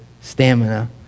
stamina